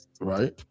Right